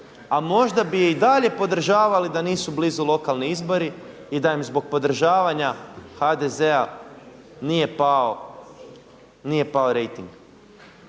a možda bi i dalje podržavali da nisu blizu lokalni izbori i da im zbog podržavanja HDZ-a nije pao rejting.